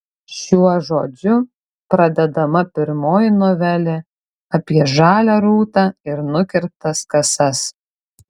šiuo žodžiu pradedama pirmoji novelė apie žalią rūtą ir nukirptas kasas